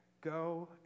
go